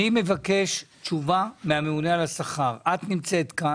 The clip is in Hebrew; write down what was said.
אני מבקש תשובה מהממונה על השכר.